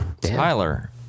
Tyler